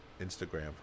Instagram